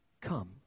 come